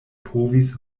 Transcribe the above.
povis